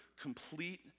complete